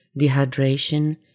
dehydration